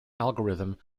algorithm